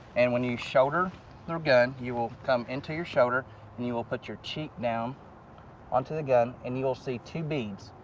and when you shoulder the gun, you will come into your shoulder and you will put your cheek down onto the gun and you will see two beads.